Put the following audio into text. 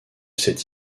cette